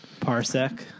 Parsec